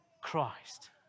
Christ